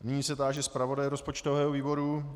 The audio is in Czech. Nyní se táži zpravodaje rozpočtového výboru.